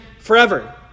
Forever